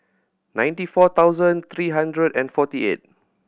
ninety four thousand three hundred and forty eight